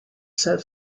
said